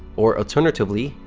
or, alternatively,